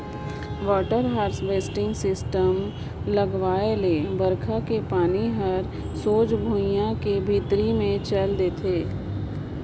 water harvesting system लगवाए ले बइरखा के पानी हर सोझ भुइयां के भीतरी मे चइल देथे